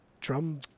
drum